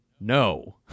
no